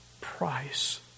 price